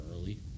early